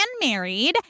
married